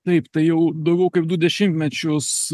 taip tai jau daugiau kaip du dešimtmečius